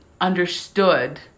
understood